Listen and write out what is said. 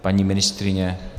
Paní ministryně?